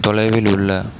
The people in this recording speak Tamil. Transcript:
தொலைவில் உள்ள